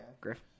Griff